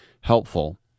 helpful